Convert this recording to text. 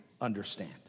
understand